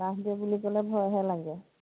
বুলি ক'লে ভয়হে লাগে